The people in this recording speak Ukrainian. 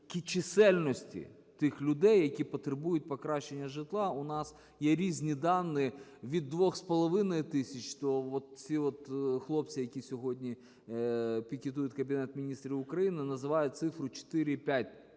чисельності тих людей, які потребують покращення житла. У нас є різні дані: від 2,5 тисяч, то оці хлопці, які сьогодні пікетують Кабінет Міністрів України, називають цифри 4,5